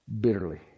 bitterly